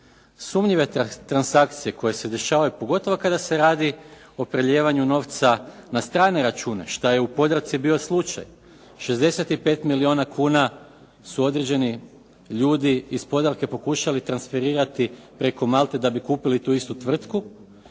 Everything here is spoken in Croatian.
sumnjive transakcije koje se dešavaju pogotovo kada se radi o prelijevanju novca na strane račune što je u Podravci bio slučaj. 65 milijuna kuna su određeni ljudi iz Podravke pokušali transferirati preko Malte da bi kupili tu istu tvrtku.